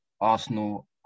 Arsenal